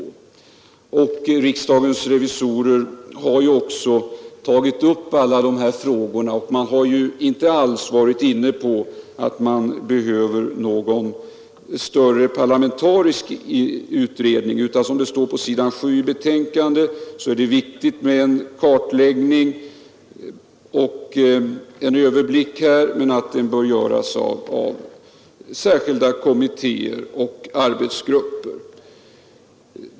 Riksdagens revisorer har ju också tagit upp alla dessa frågor. Man har inte alls varit inne på att det behövs någon större parlamentarisk utredning, utan som det står på s. 7 i betänkandet är det viktigt med en kartläggning och överblick, som bör göras av särskilda kommittér och arbetsgrupper.